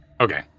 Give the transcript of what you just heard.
Okay